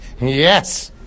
Yes